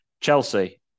Chelsea